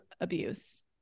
abuse-